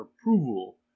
approval